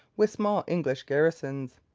with small english garrisons.